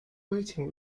waiting